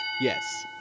Yes